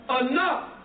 enough